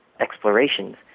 explorations